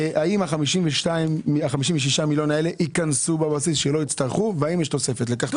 האם ה-56 מיליון האלה ייכנסו בבסיס שלא יצטרכו והאם יש תוספת לכך?